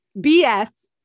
BS